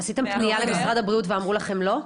עשיתם פנייה למשרד הבריאות ואמרו לכם לא?